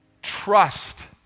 trust